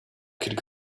could